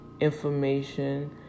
information